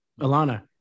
Alana